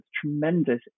tremendous